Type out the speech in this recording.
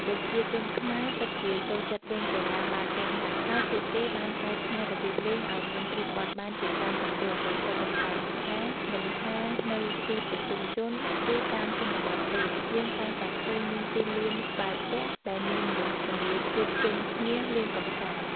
ប្រជាជនខ្មែរពិតជាចូលចិត្តលេងកីឡាបាល់ទះណាស់ ហើយពួកគេបានកែច្នៃរបៀបលេងឱ្យមានភាពបត់បែនជាច្រើនទម្រង់ ដែលឆ្លុះបញ្ចាំងថា មិនថានៅទីប្រជុំជន ឬតាមជនបទទេ យើងតែងតែឃើញមានទីលានបាល់ទះដែលមានមនុស្សម្នាជួបជុំគ្នាលេងកម្សាន្ត។